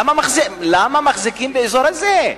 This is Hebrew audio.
למה מחזיקים באזור הזה?